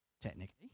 technically